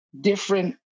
different